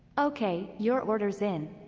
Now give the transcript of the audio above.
okay, your order's in.